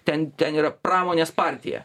ten ten yra pramonės partija